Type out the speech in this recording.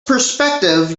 perspective